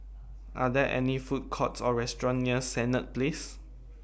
Are There Food Courts Or restaurants near Senett Place